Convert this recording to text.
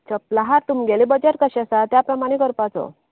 चपला हार तुमगेले बजेट कशें आसा त्या प्रमाणे करपाचो